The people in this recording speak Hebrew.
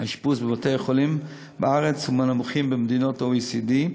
האשפוז בבתי-החולים בארץ הוא מהנמוכים במדינות ה-OECD,